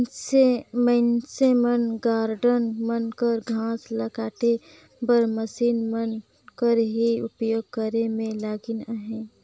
मइनसे मन गारडन मन कर घांस ल काटे बर मसीन मन कर ही उपियोग करे में लगिल अहें